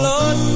Lord